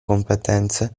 competenze